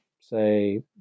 say